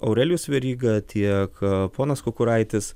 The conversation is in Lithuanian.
aurelijus veryga tiek ponas kukuraitis